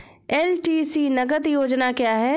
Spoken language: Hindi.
एल.टी.सी नगद योजना क्या है?